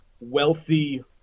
wealthy